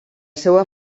seva